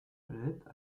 planète